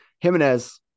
Jimenez